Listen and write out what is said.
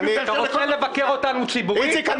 אתה רוצה לבקר אותנו ציבורית?